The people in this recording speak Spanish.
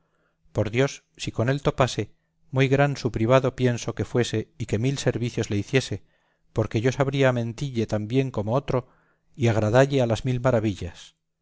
por dios si con él topase muy gran su privado pienso que fuese y que mil servicios le hiciese porque yo sabría mentille tan bien como otro y agradalle a las mil maravillas